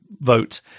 vote